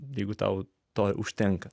jeigu tau to užtenka